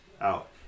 out